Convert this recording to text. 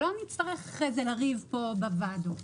שלא נצטרך אחרי כן לריב פה בוועדות.